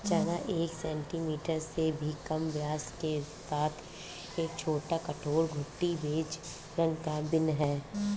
चना एक सेंटीमीटर से भी कम व्यास के साथ एक छोटा, कठोर, घुंडी, बेज रंग का बीन है